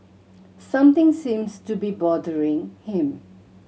something seems to be bothering him